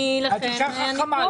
לכן אני כאן.